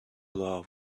law